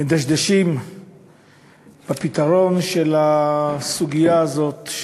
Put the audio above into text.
מדשדשים בפתרון של הסוגיה הזאת,